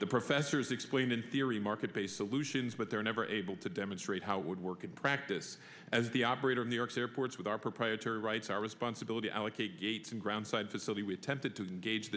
the professors explained in theory market based solutions but they're never able to demonstrate how it would work in practice as the operator of new york's airports with our proprietary rights our responsibility allocate gates and ground side facility we're tempted to gauge the